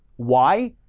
why?